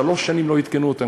שלוש שנים לא עדכנו אותן,